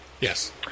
Yes